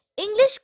English